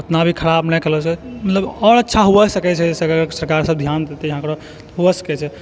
ओतना भी खराब नहि कहलो जाय मतलब और अच्छा होइ सकै छै सरकार सब ध्यान देतै होइ सकै छै